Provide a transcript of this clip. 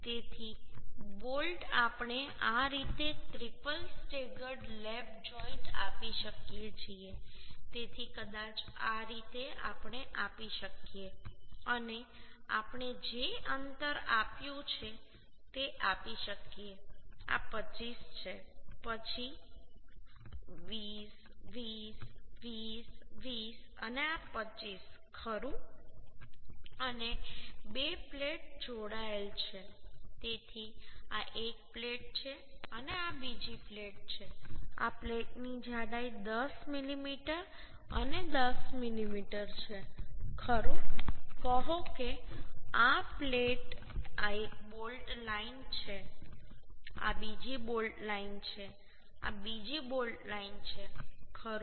તેથી બોલ્ટ આપણે આ રીતે ટ્રિપલ સ્ટેગર્ડ લેપ જોઈન્ટ આપી શકીએ છીએ તેથી કદાચ આ રીતે આપણે આપી શકીએ અને આપણે જે અંતર આપ્યું છે તે આપી શકીએ આ 25 છે પછી 20 20 20 20 અને આ 25 ખરું અને બે પ્લેટ જોડાયેલ છે તેથી આ એક પ્લેટ છે અને આ બીજી પ્લેટ છે આ પ્લેટની જાડાઈ 10 મીમી અને 10 મીમી છે ખરું કહો કે આ એક બોલ્ટ લાઈન છે આ બીજી બોલ્ટ લાઈન છે આ બીજી બોલ્ટ લાઈન છેખરું